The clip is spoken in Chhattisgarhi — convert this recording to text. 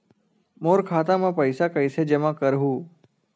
मोर खाता म पईसा कइसे जमा करहु?